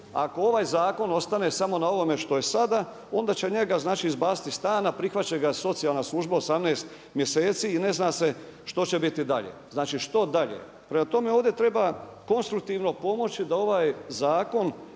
ako ovaj zakon ostane samo na ovome što je sada, onda će njega izbaciti iz stana prihvatit će ga socijalna služba 18 mjeseci i ne zna se što će biti dalje. Znači što dalje? Prema tome, ovdje treba konstruktivno pomoći da ovaj zakon